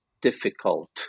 difficult